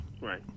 right